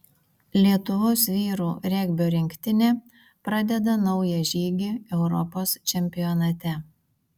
lietuvos vyrų regbio rinktinė pradeda naują žygį europos čempionate